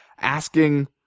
Asking